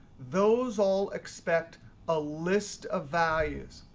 those all expect a list of values.